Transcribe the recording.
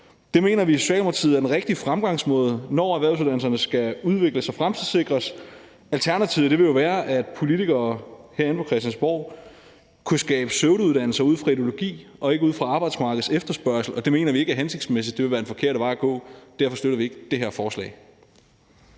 Det mener vi i Socialdemokratiet er den rigtige fremgangsmåde, når erhvervsuddannelserne skal udvikles og fremtidssikres. Alternativet ville jo være, at politikere herinde på Christiansborg kunne skabe pseudouddannelser ud fra ideologi og ikke ud fra arbejdsmarkedets efterspørgsel, og det mener vi ikke er hensigtsmæssigt. Det ville være den forkerte vej at gå. Derfor støtter vi ikke det her forslag.